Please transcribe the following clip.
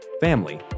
family